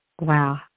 Wow